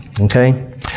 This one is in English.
Okay